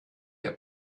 der